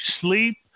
sleep